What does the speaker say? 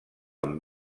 amb